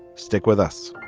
stick with us